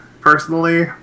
personally